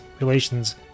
relations